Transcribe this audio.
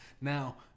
now